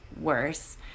worse